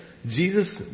Jesus